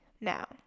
Now